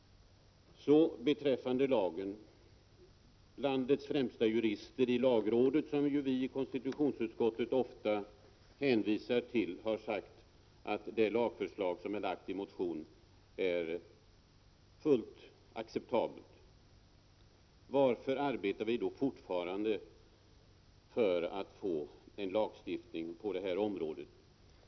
Sedan något beträffande lagen. Landets främsta jurister i lagrådet, som vi i konstitutionsutskottet ofta hänvisar till, har sagt att det lagförslag som framförts motionsvägen är fullt acceptabelt. Varför arbetar vi då fortfarande på att få en lagstiftning på detta område?